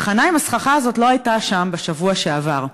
התחנה עם הסככה לא הייתה שם בשבוע שעבר.